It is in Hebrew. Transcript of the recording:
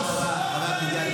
ממה אתם מפחדים?